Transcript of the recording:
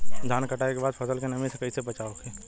धान के कटाई के बाद फसल के नमी से कइसे बचाव होखि?